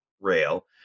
rail